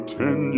ten